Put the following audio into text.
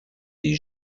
des